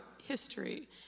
history